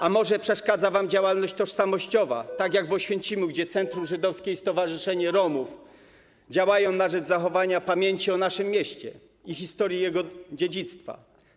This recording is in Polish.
A może przeszkadza wam działalność tożsamościowa, taka jak w Oświęcimiu, gdzie Centrum Żydowskie i Stowarzyszenie Romów działają na rzecz zachowania pamięci o naszym mieście, jego historii i dziedzictwie?